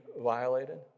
violated